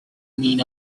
mean